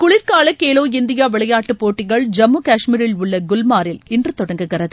குளிர் கால கேலோ இந்தியா விளையாட்டுப் போட்டிகள் ஜம்மு காஷ்மீரில் உள்ள குஸ்மாரில் இன்று தொடங்குகிறது